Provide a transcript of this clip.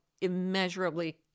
immeasurably